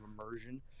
immersion